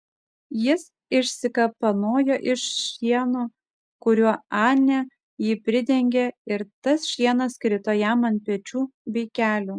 jis išsikapanojo iš šieno kuriuo anė jį pridengė ir tas šienas krito jam ant pečių bei kelių